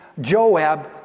Joab